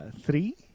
three